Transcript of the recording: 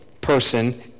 person